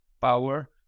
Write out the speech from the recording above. power